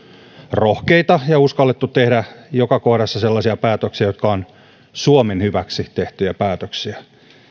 rohkeita ja uskallettu tehdä joka kohdassa sellaisia päätöksiä jotka ovat suomen hyväksi tehtyjä päätöksiä